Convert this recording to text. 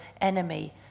enemy